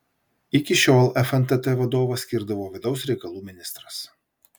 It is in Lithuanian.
iki šiol fntt vadovą skirdavo vidaus reikalų ministras